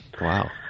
Wow